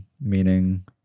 meaning